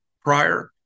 prior